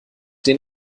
den